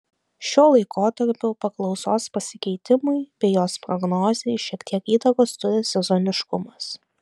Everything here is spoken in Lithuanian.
šiuo laikotarpiu paklausos pasikeitimui bei jos prognozei šiek tiek įtakos turi sezoniškumas